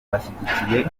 bashyigikiye